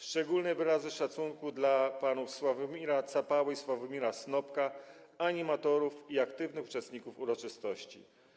Szczególne wyrazy szacunku dla panów Sławomira Capały i Sławomira Snopka, animatorów i aktywnych uczestników uroczystości.